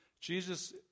Jesus